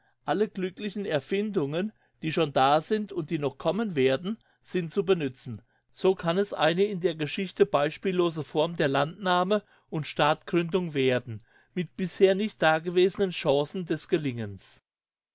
alle glücklichen erfindungen die schon da sind und die noch kommen werden sind zu benützen so kann es eine in der geschichte beispiellose form der landnahme und staatgründung werden mit bisher nicht dagewesenen chancen des gelingens